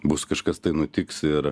bus kažkas tai nutiks ir